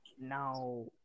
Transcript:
now